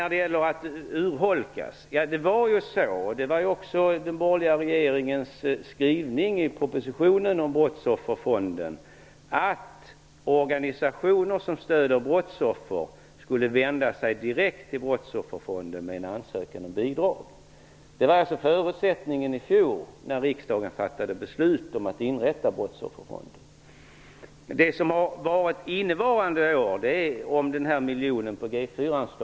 På tal om att urholkas var det också den borgerliga regeringens skrivning i proposition om Brottsofferfonden, att organisationer som stöder brottsoffer skulle vända sig direkt till Brottsofferfonden med en ansökan om bidrag. Det var alltså förutsättningen i fjol när riksdagen fattade beslut om att inrätta Det som har varit aktuellt innevarande år har gällt miljonen på G 4-anslaget.